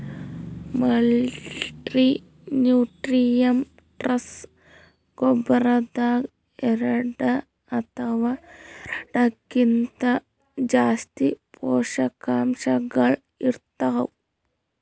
multinutrients ಗೊಬ್ಬರದಾಗ್ ಎರಡ ಅಥವಾ ಎರಡಕ್ಕಿಂತಾ ಜಾಸ್ತಿ ಪೋಷಕಾಂಶಗಳ್ ಇರ್ತವ್